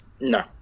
No